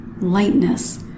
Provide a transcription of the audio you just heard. lightness